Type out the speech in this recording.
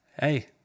Hey